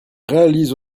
réalise